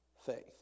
faith